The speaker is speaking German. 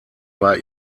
war